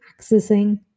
accessing